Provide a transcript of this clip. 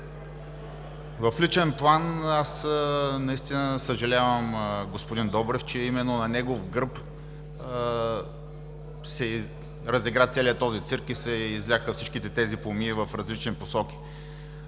В личен план аз наистина съжалявам господин Добрев, че именно на негов гръб се разигра целият този цирк и се изляха всичките тези помии в различни посоки.